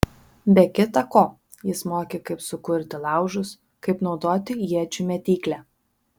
be kita ko jis mokė kaip sukurti laužus kaip naudoti iečių mėtyklę